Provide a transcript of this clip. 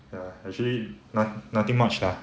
ya actually noth~ nothing much lah